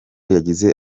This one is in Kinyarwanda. yagize